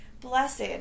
blessed